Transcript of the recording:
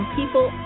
people